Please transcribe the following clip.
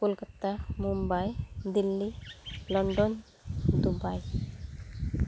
Kolkata Mumbai Delhi London Dubai